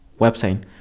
website